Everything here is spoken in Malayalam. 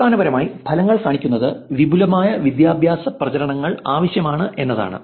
അടിസ്ഥാനപരമായി ഫലങ്ങൾ കാണിക്കുന്നത് വിപുലമായ വിദ്യാഭ്യാസ പ്രചാരണങ്ങൾ ആവശ്യമാണ് എന്നതാണ്